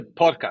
podcast